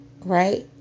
Right